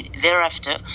thereafter